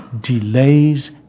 delays